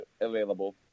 available